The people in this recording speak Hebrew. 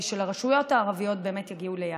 של הרשויות הערביות באמת יגיעו ליעדם.